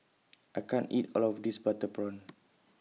I can't eat All of This Butter Prawn